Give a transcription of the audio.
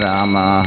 Rama